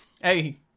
hey